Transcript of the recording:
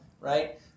right